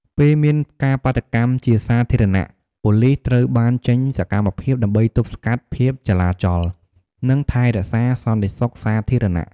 ពេលមានការបាតុកម្មជាសាធារណៈ ប៉ូលីសត្រូវបានចេញសកម្មភាព ដើម្បីទប់ស្កាត់ភាពចលាចល និងថែរក្សាសន្តិសុខសាធារណៈ។